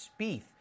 Spieth